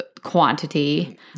Quantity